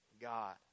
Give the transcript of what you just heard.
God